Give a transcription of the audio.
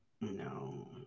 No